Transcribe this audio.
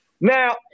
Now